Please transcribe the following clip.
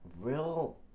real